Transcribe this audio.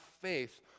faith